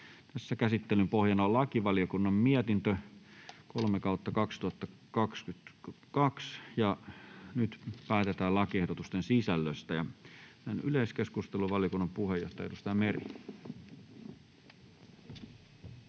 asia. Käsittelyn pohjana on lakivaliokunnan mietintö LaVM 2/2022 vp. Nyt päätetään lakiehdotusten sisällöstä. Mennään yleiskeskusteluun. — Valiokunnan puheenjohtaja, edustaja Meri.